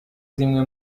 zimwe